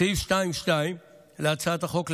בסעיף 2(2) להצעת החוק,